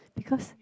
because